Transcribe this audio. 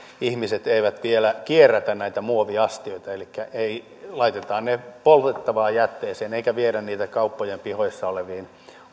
ihmiset eivät vielä kierrätä näitä muoviastioita elikkä laitetaan ne poltettavaan jätteeseen eikä viedä niitä kauppojen pihoissa oleviin